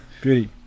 Beauty